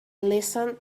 listened